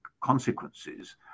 consequences